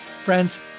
Friends